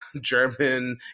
german